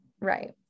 right